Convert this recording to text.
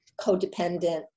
codependent